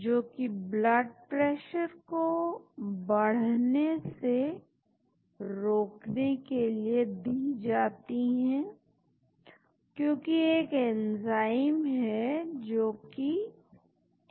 अच्छा क्योंकि फिर से यदि आप एक्टिव साइट के खंड को देखें यह एरोमेटिक विशेषताएं जैसा कि आप देख सकते हैं यह जाकर एक्टिव साइट की निश्चित जगहों पर जुड़ सकती है और उन्हीं के समानांतर अमीनो एसिड के साथ इंटरेक्ट कर सकती हैं इसलिए यह विशेषताएं बहुत ही महत्वपूर्ण हैं